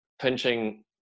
pinching